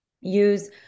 use